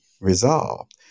resolved